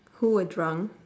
who were drunk